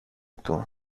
του